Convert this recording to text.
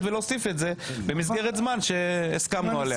ולהוסיף את זה במסגרת זמן שהסכמנו עליה.